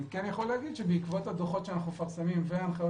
אני יכול להגיד שבעקבות הדוחות שאנחנו מפרסמים וההנחיות